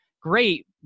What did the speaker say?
great